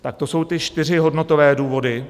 Tak to jsou ty čtyři hodnotové důvody.